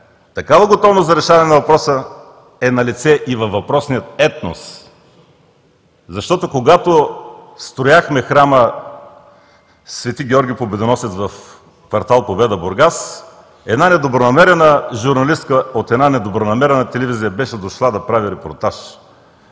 такава готовност за решаване на въпроса е налице и във въпросния етнос. Когато строяхме храма „Свети Георги Победоносец“ в квартал „Победа“ в Бургас, една недобронамерена журналистка от една недобронамерена телевизия беше дошла да прави репортаж.